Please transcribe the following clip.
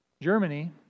Germany